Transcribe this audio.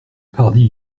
pardi